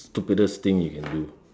stupidest thing you can do